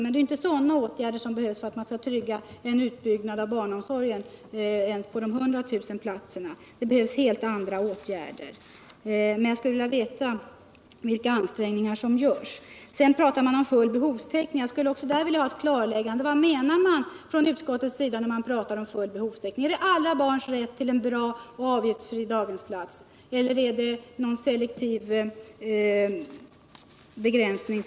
Men det är ju inte sådana åtgärder som behövs för att man skall kunna trygga en utbyggnad av barnomsorgen, ens när det gäller de 100 000 platserna. Det krävs helt andra åtgärder. Men jag skulle vilja veta vilka ansträngningar som görs. Sedan pratar man om full behovstäckning. Jag skulle också där vilja ha ett klarläggande: Vad menar man från utskottets sida när man talar om behovstäckning? Är det alla barns rätt till en bra och avgiftsfri daghemsplats, eller gör man en selektiv begränsning?